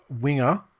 winger